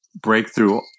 breakthrough